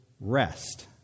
rest